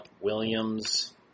Williams